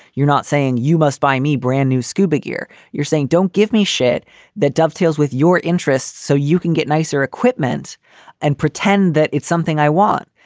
you're not saying you must buy me brand new scuba gear. you're saying don't give me shit that dovetails with your interests so you can get nicer equipment and pretend that it's something i want.